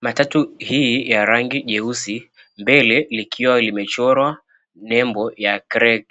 Matatu hii ya rangi jeusi, mbele likiwa limechorwa nembo ya, Creek,